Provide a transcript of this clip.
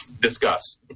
Discuss